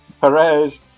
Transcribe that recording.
Perez